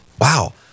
wow